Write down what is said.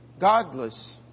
godless